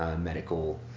medical